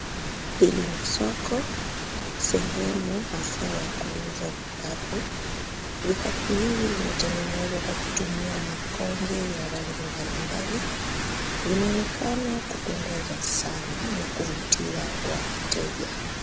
Hili ni soko ,sehemu hasa ya kuuza vikapu. Vikapu hivi vimetengenezwa kwa kutumia makonge ya rangi mbalimbali. Vinaonekana kupendeza sana na kuvutia wateja.